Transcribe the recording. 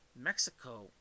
Mexico